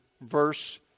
verse